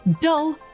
dull